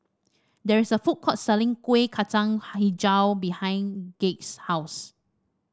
there is a food court selling Kuih Kacang hijau behind Gaige's house